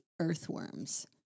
earthworms